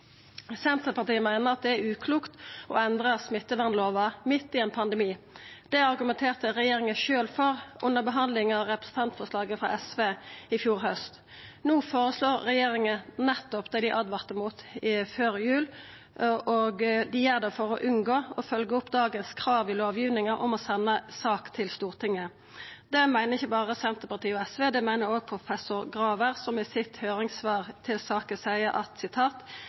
Senterpartiet meiner at det er uklokt å endra smittevernlova midt i ein pandemi. Det argumenterte regjeringa sjølv for under behandlinga av representantforslaget frå SV i fjor haust. No føreslår regjeringa nettopp det dei åtvara imot før jul, og dei gjer det for å unngå å følgja opp dagens krav i lovgivinga om å senda sak til Stortinget. Det meiner ikkje berre Senterpartiet og SV, det meiner òg professor Graver, som i høyringssvaret sitt til saka seier: «Etter mitt syn er det prinsipielt sett problematisk at